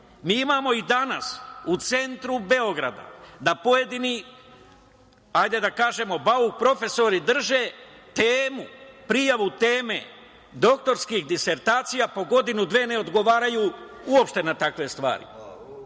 Mi imamo i danas u centru Beograda da pojedini, hajde da kažemo, bauk profesori drže temu, prijavu teme doktorskih disertacija, po godinu-dve ne odgovaraju uopšte na takve stvari.